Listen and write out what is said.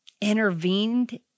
intervened